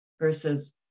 Versus